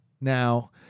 now